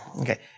Okay